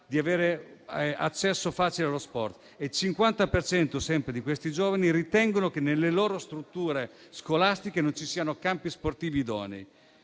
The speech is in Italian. di avere accesso facile allo sport. Il 50 per cento di questi giovani crede, inoltre, che nelle strutture scolastiche non ci siano campi sportivi idonei,